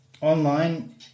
online